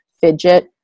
fidget